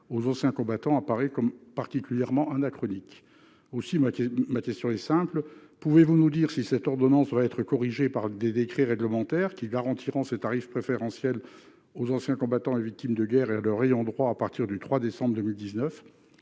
à tarifs préférentiels semble particulièrement anachronique. Aussi, ma question est simple : pouvez-vous nous dire si cette ordonnance va être corrigée par des mesures réglementaires qui garantiront ces tarifs préférentiels aux anciens combattants et victimes de guerre et à leurs ayants droit à partir du 3 décembre 2019 ?